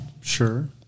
Sure